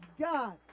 God